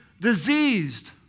diseased